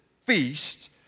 feast